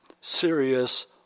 serious